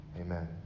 Amen